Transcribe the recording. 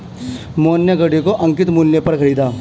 मोहन ने घड़ी को अंकित मूल्य पर खरीदा